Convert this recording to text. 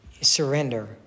surrender